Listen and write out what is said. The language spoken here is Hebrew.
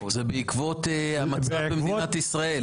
זה בעקבות המצב במדינת ישראל.